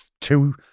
two